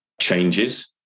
changes